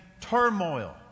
turmoil